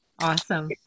Awesome